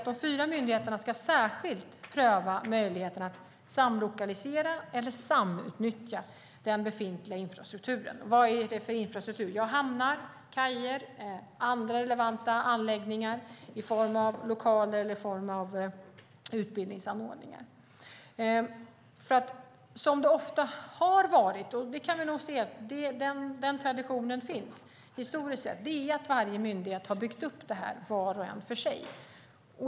De fyra myndigheterna ska särskilt pröva möjligheten att samlokalisera eller samutnyttja den befintliga infrastrukturen. Vilken infrastruktur? Jo, hamnar, kajer eller andra relevanta anläggningar i form av lokaler eller utbildningsanordning. Historiskt sett har vi traditionen att varje myndighet har byggt en verksamhet.